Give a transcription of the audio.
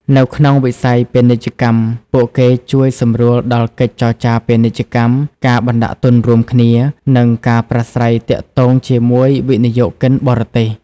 នៅក្នុងវិស័យពាណិជ្ជកម្ម ពួកគេជួយសម្រួលដល់កិច្ចចរចាពាណិជ្ជកម្ម ការបណ្តាក់ទុនរួមគ្នា និងការប្រាស្រ័យទាក់ទងជាមួយវិនិយោគិនបរទេស។